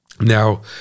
Now